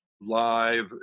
live